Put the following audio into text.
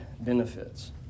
benefits